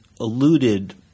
alluded